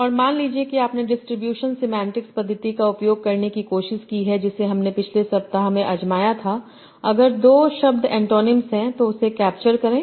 और मान लीजिए कि आपने डिस्ट्रीब्यूशन सेमांटिक्स पद्धति का उपयोग करने की कोशिश की है जिसे हमने पिछले सप्ताह में आज़माया था अगर दो शब्द ऐन्टोनिम्स हैं तो उसे कैप्चर करें